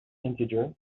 integer